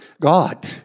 god